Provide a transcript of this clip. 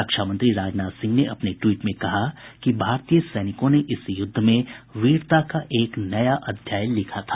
रक्षा मंत्री राजनाथ सिंह ने अपने ट्वीट में कहा है कि भारतीय सैनिकों ने इस युद्ध में वीरता का एक नया अध्याय लिखा था